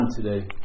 today